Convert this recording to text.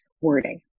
wording